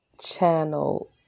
channel